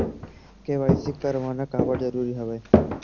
KYC करवाना काबर जरूरी हवय?